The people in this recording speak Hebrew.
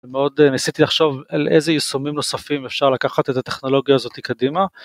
ומאוד ניסיתי לחשוב על איזה יישומים נוספים אפשר לקחת את הטכנולוגיה הזאת קדימה.